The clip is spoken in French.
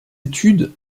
études